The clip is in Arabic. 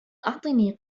أعطني